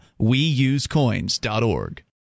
WeUseCoins.org